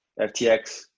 FTX